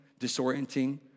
disorienting